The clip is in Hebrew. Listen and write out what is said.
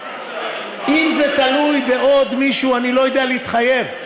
אם זה תלוי בעוד מישהו, אני לא יודע להתחייב.